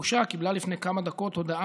בושה' קיבלה לפני כמה דקות הודעה